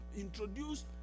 introduce